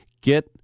get